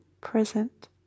present